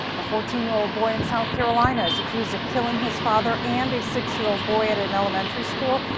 a fourteen year old boy in south carolina is accused of killing his father and a six-year-old boy at an elementary school.